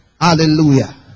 Hallelujah